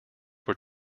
were